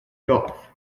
gulf